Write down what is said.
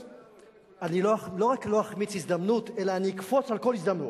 אני לא רק לא אחמיץ הזדמנות אלא אני אקפוץ על כל הזדמנות,